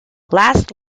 last